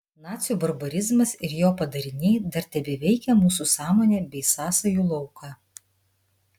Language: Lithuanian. nacių barbarizmas ir jo padariniai dar tebeveikia mūsų sąmonę bei sąsajų lauką